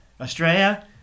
Australia